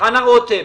חנה רותם,